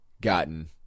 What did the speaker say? gotten